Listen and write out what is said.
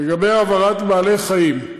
לגבי העברת בעלי חיים,